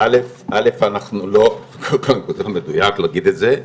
זה לא מדוייק להגיד את זה.